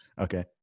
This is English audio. Okay